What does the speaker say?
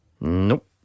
Nope